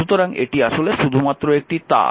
সুতরাং এটি আসলে শুধুমাত্র একটি তার